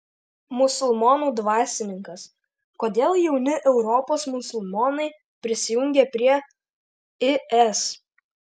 musulmonų dvasininkas kodėl jauni europos musulmonai prisijungia prie is